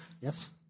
Yes